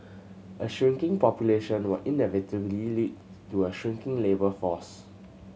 a shrinking population will inevitably lead to a shrinking labour force